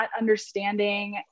understanding